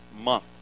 month